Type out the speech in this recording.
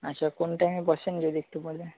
আচ্ছা কোন টাইমে বসেন যদি একটু বলেন